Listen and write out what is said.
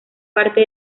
parte